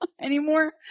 anymore